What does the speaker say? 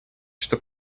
что